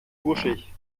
wuschig